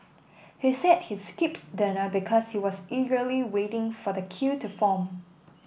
he said he skipped dinner because he was eagerly waiting for the queue to form